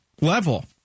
level